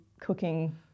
cooking